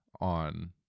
on